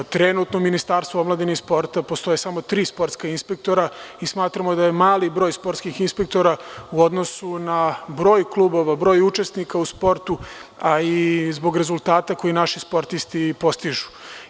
Trenutno u Ministarstvu omladine i sporta postoje samo tri sportska inspektora i smatramo da je mali broj sportskih inspektora u odnosu na broj klubova i broj učesnika u sportu, a i zbog rezultata koji naši sportisti postižu.